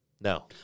no